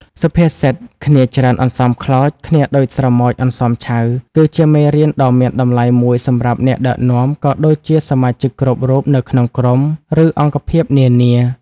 សុភាសិត «គ្នាច្រើនអន្សមខ្លោច គ្នាដូចស្រមោចអន្សមឆៅ» គឺជាមេរៀនដ៏មានតម្លៃមួយសម្រាប់អ្នកដឹកនាំ ក៏ដូចជាសមាជិកគ្រប់រូបនៅក្នុងក្រុម ឬអង្គភាពនានា។